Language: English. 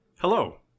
Hello